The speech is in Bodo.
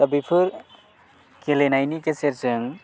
दा बेफोर गेलेनायनि गेजेरजों